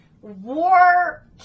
war